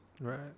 right